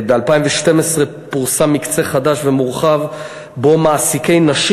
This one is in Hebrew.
ב-2012 פורסם מקצה חדש ומורחב שבו מעסיקי נשים